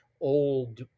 old